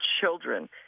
children